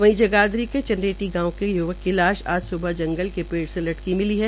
वहीं जगाधरी के चनेटी निवासी य्वक की लाख आज स्बह जंगल के पेड़ से लटकी मिली है